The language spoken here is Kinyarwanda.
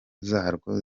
zarwo